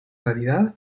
realidad